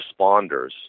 responders